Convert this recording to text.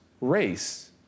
race